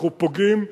אנחנו פוגעים,